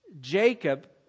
Jacob